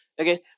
Okay